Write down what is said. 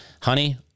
honey